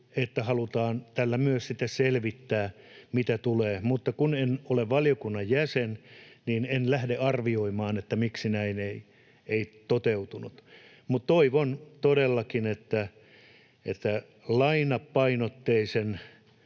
että halutaan tällä myös selvittää, mitä tulee, mutta kun en ole valiokunnan jäsen, niin en lähde arvioimaan, miksi näin ei toteutunut. Mutta toivon todellakin, että lainapainotteisen